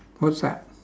what's that